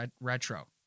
retro